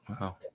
Wow